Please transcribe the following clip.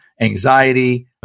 anxiety